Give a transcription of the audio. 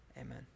Amen